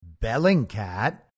Bellingcat